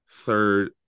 third